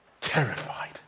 terrified